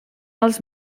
els